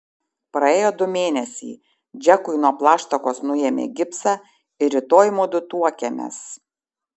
praėjo du mėnesiai džekui nuo plaštakos nuėmė gipsą ir rytoj mudu tuokiamės